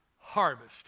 harvest